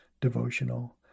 devotional